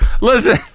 Listen